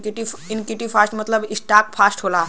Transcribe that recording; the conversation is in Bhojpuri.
इक्विटी फंड मतलब स्टॉक फंड होला